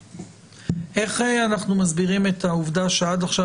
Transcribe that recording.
איך אנחנו מסבירים את העובדה שעד עכשיו